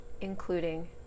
including